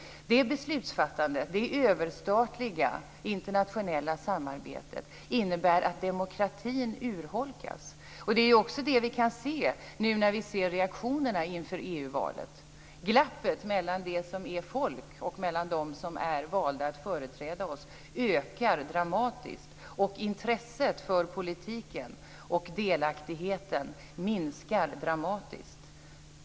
Det beslutsfattandet, det överstatliga, internationella samarbetet, innebär att demokratin urholkas. Det är också det vi kan se nu när vi ser reaktionerna inför EU-valet. Glappet mellan de som är folk och de som är valda att företräda oss ökar dramatiskt, och intresset för politiken och delaktigheten minskar dramatiskt.